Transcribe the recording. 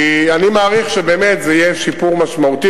כי אני מעריך שזה יהיה שיפור משמעותי